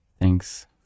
thanks